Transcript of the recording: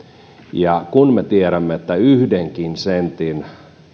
ja kun me tiedämme että yhdenkin sentin